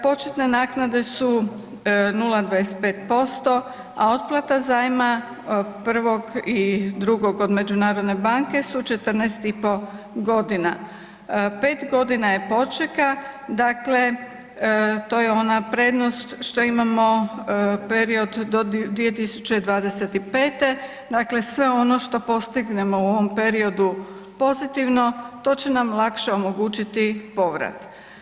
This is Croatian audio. Početne naknade su 0,25%, a otplata zajma prvog i drugog od međunarodne banke su 14,5 godina, 5 godina je počeka, dakle to je ona prednost što imamo period do 2025., dakle sve ono što postignemo u ovom periodu pozitivno to će nam lakše omogućiti povrat.